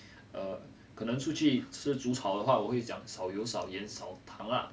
err 可能出去吃煮炒的话我会讲少油少盐少糖啊